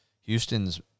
Houston's